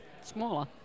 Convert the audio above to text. smaller